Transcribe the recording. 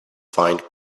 find